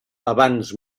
abans